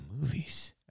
movies